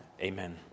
Amen